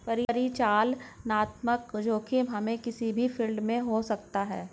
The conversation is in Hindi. परिचालनात्मक जोखिम हमे किसी भी फील्ड में हो सकता है